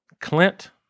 Clint